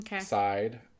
side